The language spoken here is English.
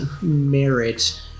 merit